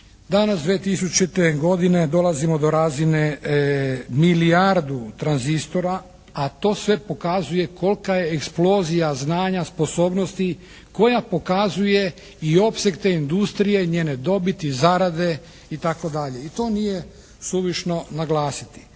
danas 2000. godine dolazimo do razine milijardu tranzistora, a to sve pokazuje kolika je eksplozija znanja, sposobnosti, koja pokazuje i opseg te industrije, njene dobiti, zarade itd. i to nije suvišno naglasiti.